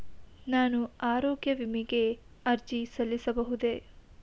ನಾನು ಆರೋಗ್ಯ ವಿಮೆಗೆ ಅರ್ಜಿ ಸಲ್ಲಿಸಬಹುದೇ?